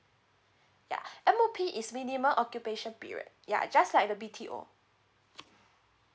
yeah M_O_P is minimum occupation period ya just like the B_T_O